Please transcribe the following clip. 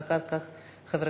ואחר כך חבר,